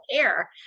care